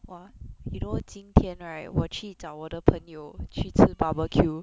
!wah! you know 今天 right 我去找我的朋友去吃 barbecue